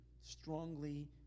strongly